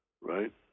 right